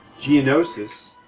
Geonosis